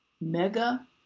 mega